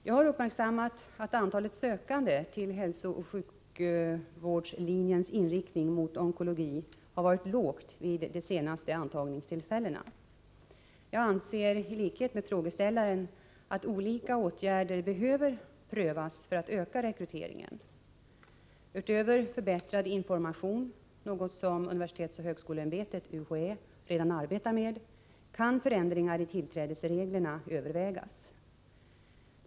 Jag har uppmärksammat att antalet sökande till hälsooch sjukvårdslinjens inriktning mot onkologi har varit lågt vid de senaste antagningstillfällena. Jag anser i likhet med frågeställaren att olika åtgärder behöver prövas för att öka rekryteringen. Utöver förbättrad information — något som universitetsoch högskoleämbetet redan arbetar med — kan förändringar i tillträdesreglerna övervägas.